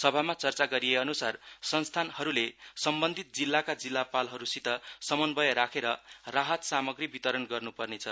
सभामा चर्चा गरिएअन्सार संस्थानहरूले सम्बन्धित जिल्लाका जिल्लापालहरूसित समन्वय राखेर राहत सामाग्री वितरण गर्न्पर्नेछ